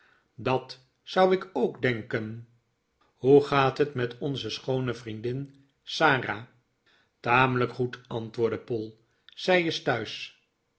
dat zou ik ook denken hoe gaat het met onze schoone vriendin sara tamelijk goed antwoordde poll zij is thuis